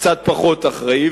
קצת פחות אחראי,